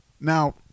Now